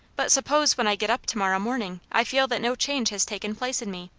but suppose when i get up to-morrow morning, i feel that no change has taken place in me?